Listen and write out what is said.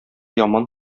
яман